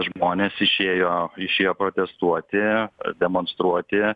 žmonės išėjo išėjo protestuoti demonstruoti